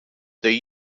though